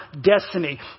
destiny